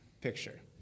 picture